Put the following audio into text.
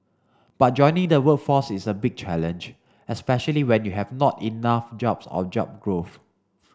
but joining the workforce is a big challenge especially when you have not enough jobs or job growth